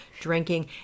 drinking